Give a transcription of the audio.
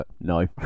No